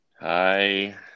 hi